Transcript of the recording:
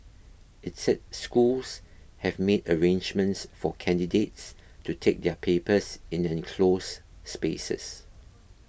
it said schools have made arrangements for candidates to take their papers in enclosed spaces